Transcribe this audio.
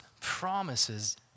promises